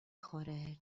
خوره